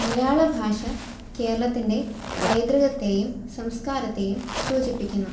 മലയാള ഭാഷ കേരളത്തിൻ്റെ പൈതൃകത്തെയും സംസ്കാരത്തെയും സൂചിപ്പിക്കുന്നു